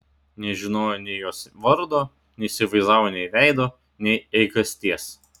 nežinojo nei jos vardo neįsivaizdavo nei veido nei eigasties